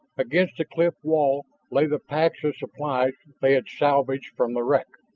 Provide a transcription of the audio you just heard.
against the cliff wall lay the packs of supplies they had salvaged from the wreck.